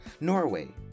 Norway